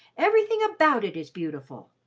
everything about it is beautiful.